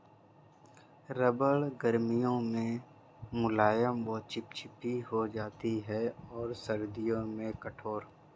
रबड़ गर्मियों में मुलायम व चिपचिपी हो जाती है और सर्दियों में कठोर